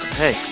hey